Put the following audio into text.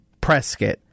Prescott